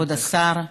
כבוד השר,